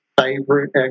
favorite